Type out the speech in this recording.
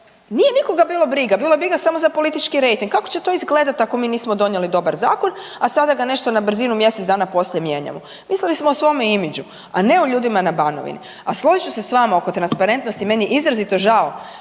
nije nikoga bilo briga, bilo je briga samo za politički rejting. Kako će to izgledati ako mi nismo donijeli dobar zakon, a sada ga nešto na brzinu mjesec dana poslije mijenjamo. Mislili smo o svome imidžu, a ne o ljudima na Banovini, a složit ću se s vama oko transparentnosti, meni je izrazito žao